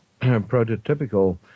prototypical